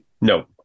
no